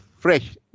fresh